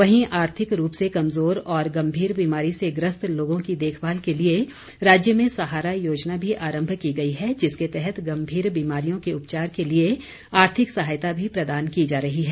वहीं आर्थिक रूप से कमजोर और गम्मीर बीमारी से ग्रस्त लोगों की देखभाल के लिए राज्य में सहारा योजना भी आरम्भ की गई है जिसके तहत गम्भीर बीमारियों के उपचार के लिए आर्थिक सहायता भी प्रदान की जा रही है